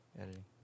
editing